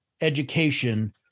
education